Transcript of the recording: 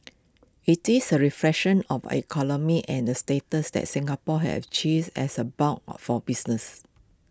IT is A reflection of our economy and the status that Singapore have achieved as A hub or for business